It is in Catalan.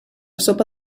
sopa